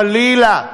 חלילה,